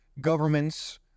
governments